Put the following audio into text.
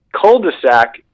cul-de-sac